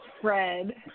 Fred